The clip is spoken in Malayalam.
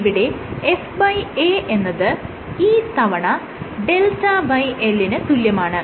ഇവിടെ FA എന്നത് E തവണ δL ന് തുല്യമാണ്